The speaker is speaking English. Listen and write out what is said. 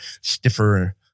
stiffer